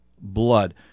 blood